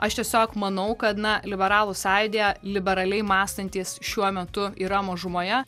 aš tiesiog manau kad na liberalų sąjūdyje liberaliai mąstantys šiuo metu yra mažumoje